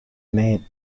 maid